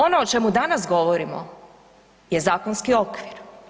Ono o čemu danas govorimo je zakonski okvir.